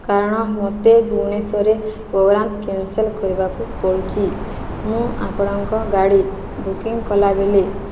କାରଣ ମୋତେ ଭୁବନେଶ୍ୱରରେ ପୋଗ୍ରାମ କ୍ୟାନ୍ସେଲ କରିବାକୁ ପଡ଼ୁଛି ମୁଁ ଆପଣଙ୍କ ଗାଡ଼ି ବୁକିଂ କଲାବେଲେ